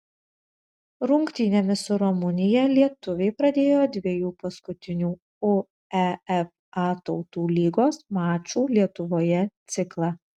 rungtynėmis su rumunija lietuviai pradėjo dviejų paskutinių uefa tautų lygos mačų lietuvoje ciklą